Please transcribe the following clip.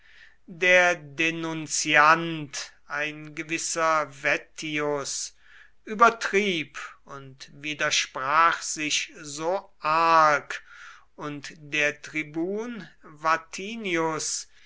der denunziant ein gewisser vettius übertrieb und widersprach sich so arg und der tribun vatinius